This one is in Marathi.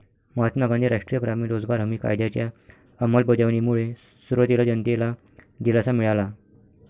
महात्मा गांधी राष्ट्रीय ग्रामीण रोजगार हमी कायद्याच्या अंमलबजावणीमुळे सुरुवातीला जनतेला दिलासा मिळाला